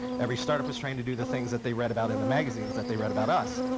every startup was trying to do the things that they read about in the magazines that they read about us.